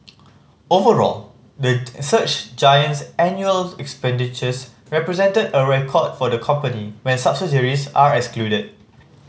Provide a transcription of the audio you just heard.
overall the search giant's annual expenditures represented a record for the company when subsidiaries are excluded